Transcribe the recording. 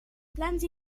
plans